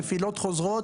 נפילות חוזרות,